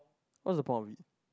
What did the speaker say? what's the point of it